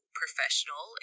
professional